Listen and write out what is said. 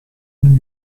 new